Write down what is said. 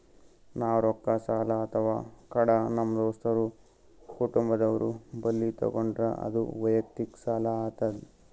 ನಾವ್ ರೊಕ್ಕ ಸಾಲ ಅಥವಾ ಕಡ ನಮ್ ದೋಸ್ತರು ಕುಟುಂಬದವ್ರು ಬಲ್ಲಿ ತಗೊಂಡ್ರ ಅದು ವಯಕ್ತಿಕ್ ಸಾಲ ಆತದ್